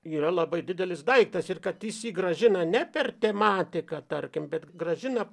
yra labai didelis daiktas ir kad jis jį grąžina ne per tematiką tarkim bet grąžina